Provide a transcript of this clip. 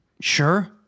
Sure